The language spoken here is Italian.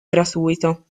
gratuito